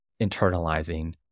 internalizing